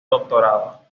doctorado